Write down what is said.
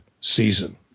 season